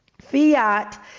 Fiat